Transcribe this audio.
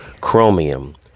Chromium